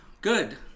Good